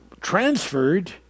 transferred